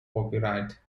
copyright